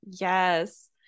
Yes